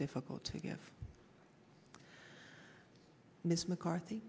difficult to get ms mccarthy